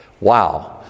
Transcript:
Wow